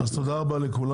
תודה רבה לכולם.